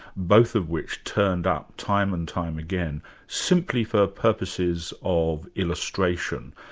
both of which turned up time and time again simply for purposes of illustration.